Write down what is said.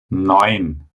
neun